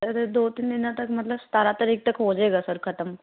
sir ਦੋ ਤਿੰਨ ਤੱਕ ਮਤਲਬ ਸਤਾਰਾਂ ਤਾਰੀਕ ਤੱਕ ਹੋ ਜੇਗਾ ਸਰ ਖ਼ਤਮ